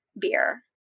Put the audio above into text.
beer